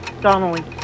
Donnelly